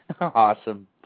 Awesome